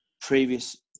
previous